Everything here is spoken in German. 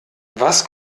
was